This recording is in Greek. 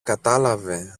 κατάλαβε